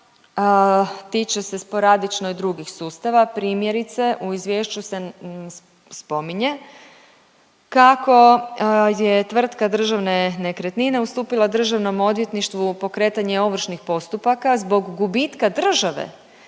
tiče se sporadično i drugih sustava primjerice u izvješću se spominje kako je Tvrtka Državne nekretnine ustupila državnom odvjetništvu pokretanje ovršnih postupaka zbog gubitka države